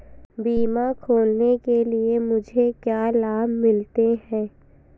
बीमा खोलने के लिए मुझे क्या लाभ मिलते हैं?